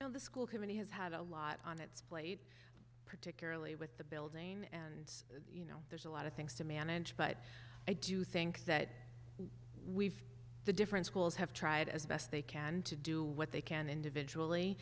you know the school committee has had a lot on its plate particularly with the building and there's a lot of things to manage but i do think that we've the different schools have tried as best they can to do what they can individually